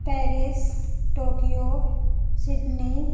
Paris Tokyo Sydney